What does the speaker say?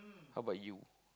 how about you